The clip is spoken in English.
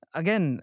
again